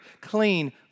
clean